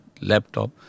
laptop